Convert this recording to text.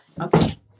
Okay